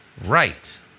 Right